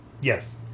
yes